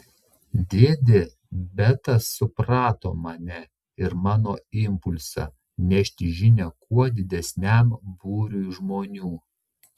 dėdė betas suprato mane ir mano impulsą nešti žinią kuo didesniam būriui žmonių